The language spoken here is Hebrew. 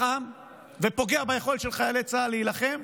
עם ופוגע ביכולת של חיילי צה"ל להילחם,